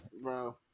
bro